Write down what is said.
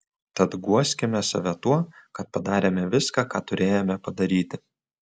tad guoskime save tuo kad padarėme viską ką turėjome padaryti